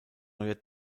neuer